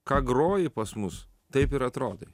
ką groji pas mus taip ir atrodai